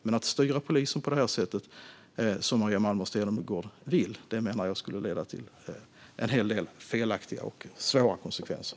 Men att styra polisen på det sätt som Maria Malmer Stenergard vill skulle, menar jag, leda till en hel del felaktiga och svåra konsekvenser.